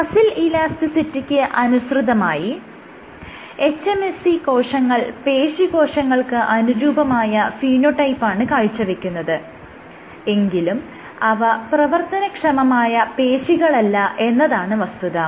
muscle ഇലാസ്റ്റിസിറ്റിക്ക് അനുസൃതമായി hMSC കോശങ്ങൾ പേശീകോശങ്ങൾക്ക് അനുരൂപമായ ഫീനോടൈപ്പാണ് കാഴ്ചവെക്കുന്നത് എങ്കിലും അവ പ്രവർത്തനക്ഷമമായ പേശികളല്ല എന്നതാണ് വസ്തുത